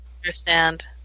understand